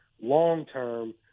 long-term